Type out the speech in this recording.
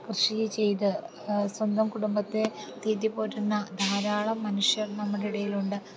കൃഷി ചെയ്തു സ്വന്തം കുടുംബത്തെ തീറ്റി പോറ്റുന്ന ധാരാളം മനുഷ്യർ നമ്മുടെ ഇടയിലുണ്ട്